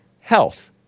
Health